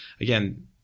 again